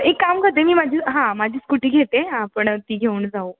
एक काम करते मी माझी हां माझी स्कूटी घेते आपण ती घेऊन जाऊ